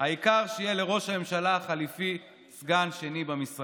חוק פיצול הליכוד וסגני שרים.